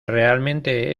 realmente